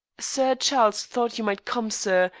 sir charles thought you might come, sir,